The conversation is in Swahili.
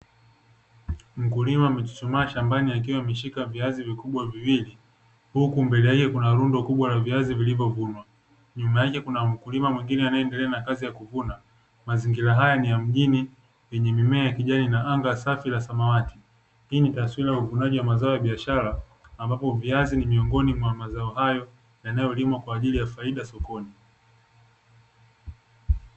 Mkulima amechuchumaa shambani akiwa ameshika viazi vikubwa viwili. Huku mbele yake kuna rundo kubwa la viazi vilivyovunwa. Nyuma yake kuna mkulima mwingine anaendelea na kazi ya kuvuna mazingira haya ni ya mjini. Yenye mimea ya kijani na anga safi la samawati hii ni taswira ya uvunaji wa mazao ya biashara, ambapo viazi ni miongoni mwa mazao hayo yanayolimwa kwa ajili ya faida sokoni.